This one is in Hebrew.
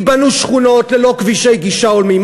ייבנו שכונות ללא כבישי גישה הולמים.